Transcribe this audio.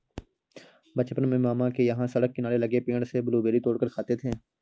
बचपन में मामा के यहां सड़क किनारे लगे पेड़ से ब्लूबेरी तोड़ कर खाते थे